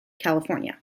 california